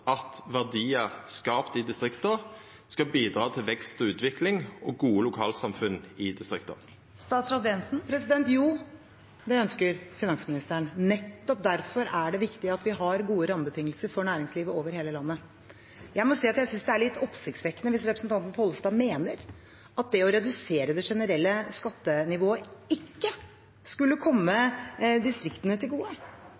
at verdiar skapte i distrikta, skal bidra til vekst og utvikling og gode lokalsamfunn i distrikta? Jo, det ønsker finansministeren. Nettopp derfor er det viktig at vi har gode rammebetingelser for næringslivet over hele landet. Jeg må si at jeg synes det er litt oppsiktsvekkende hvis representanten Pollestad mener at det å redusere det generelle skattenivået ikke skulle